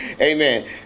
amen